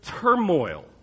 turmoil